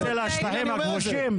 המאוחדת): לשטחים הכבושים יש חוק משלהם,